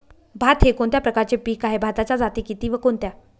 भात हे कोणत्या प्रकारचे पीक आहे? भाताच्या जाती किती व कोणत्या?